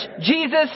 Jesus